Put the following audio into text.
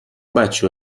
بچه